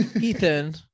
ethan